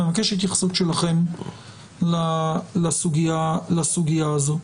אני אבקש התייחסות שלכם לסוגיה הזו.